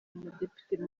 umudepite